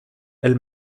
elle